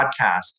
podcast